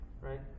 right